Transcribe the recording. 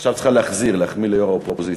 עכשיו את צריכה להחזיר, להחמיא ליו"ר האופוזיציה.